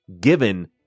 given